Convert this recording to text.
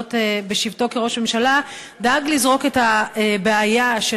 האחרונות בשבתו כראש הממשלה דאג לזרוק את הבעיה של